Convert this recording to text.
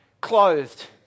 clothed